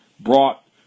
brought